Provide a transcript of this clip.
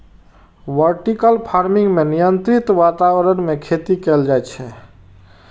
vertical farming मे नियंत्रित वातावरण मे खेती कैल जाइ छै